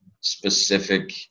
specific